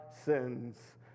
sins